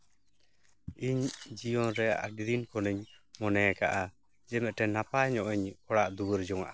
ᱤᱧ ᱡᱤᱭᱚᱱᱨᱮ ᱟᱹᱰᱤ ᱫᱤᱱ ᱠᱷᱚᱱᱤᱧ ᱢᱚᱱᱮᱭᱟᱠᱟᱜᱼᱟ ᱡᱮ ᱢᱤᱫᱴᱮᱱ ᱱᱟᱯᱟᱭ ᱧᱚᱜ ᱤᱧ ᱚᱲᱟᱜ ᱫᱩᱣᱟᱹᱨ ᱡᱚᱝᱟᱜᱼᱟ